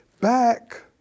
Back